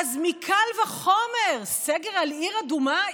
אז קל וחומר סגר על עיר אדומה,